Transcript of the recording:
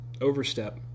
overstep